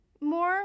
more